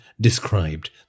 described